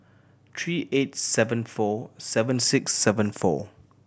three eight seven four seven six seven four